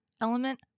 element